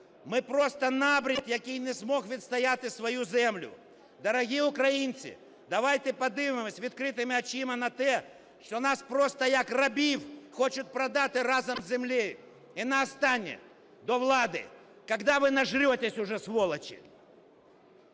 Ми просто набрід, який не зміг відстояти свою землю. Дорогі українці, давайте подивимося відкритими очима на те, що нас просто, як рабів, хочуть продати разом із землею. І наостаннє, до влади. Когда вы нажретесь уже, сволочи?